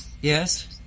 Yes